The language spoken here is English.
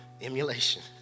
Emulation